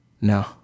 No